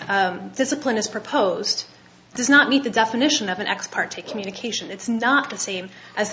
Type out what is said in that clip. discipline is proposed does not meet the definition of an ex parte communication it's not the same as